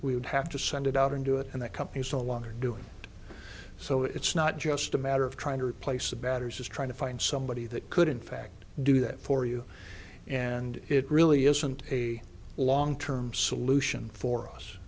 we would have to send it out and do it and that companies no longer doing so it's not just a matter of trying to replace the batter's is trying to find somebody that could in fact do that for you and it really isn't a long term solution for us